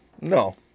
No